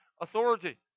authority